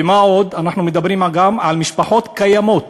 ומה עוד, אנחנו מדברים גם על משפחות קיימות